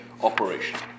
operation